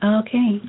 okay